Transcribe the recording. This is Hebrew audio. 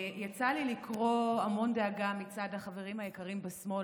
יצא לי לקרוא המון דאגה מצד החברים היקרים בשמאל,